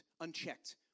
unchecked